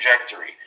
trajectory